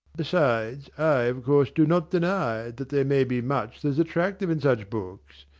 besides, i of course do not deny that there may be much that is attractive in such books.